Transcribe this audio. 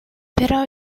però